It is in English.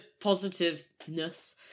positiveness